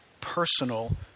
personal